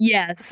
Yes